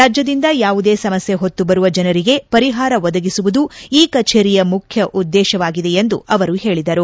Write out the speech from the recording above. ರಾಜ್ಯದಿಂದ ಯಾವುದೇ ಸಮಸ್ನೆ ಹೊತ್ತು ಬರುವ ಜನರಿಗೆ ಪರಿಹಾರ ಒದಗಿಸುವುದು ಈ ಕಚೇರಿಯ ಮುಖ್ಯ ಉದ್ದೇಶವಾಗಿದೆ ಎಂದು ಅವರು ಹೇಳಿದರು